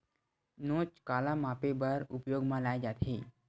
नोच काला मापे बर उपयोग म लाये जाथे?